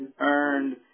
earned